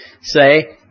say